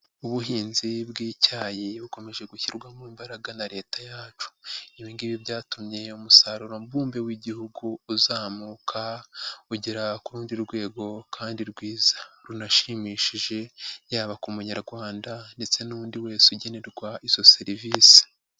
Ubuhinzi bw'icyayi bukomeje gushyirwamo imbaraga na leta yacu. Ibingibi byatumye umusarurombumbe w'igihugu uzamuka ugera ku rundi rwego kandi rwiza runashimishije yaba ku munyarwanda ndetse n'undi wese ugenerwa izo serivisi.